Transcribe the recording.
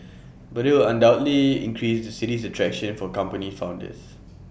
but IT will undoubtedly increase the city's attraction for company founders